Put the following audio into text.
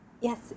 Yes